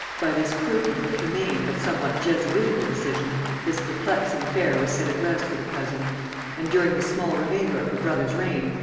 by this prudent and humane but somewhat jesuitical decision this perplexing affair was set at rest for the present and during the small remainder of her brother's reign,